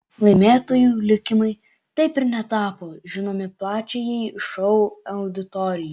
laimėtojų likimai taip ir netapo žinomi plačiajai šou auditorijai